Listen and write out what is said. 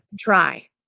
Try